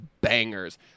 bangers